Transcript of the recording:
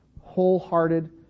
wholehearted